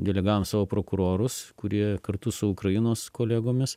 delegavom savo prokurorus kurie kartu su ukrainos kolegomis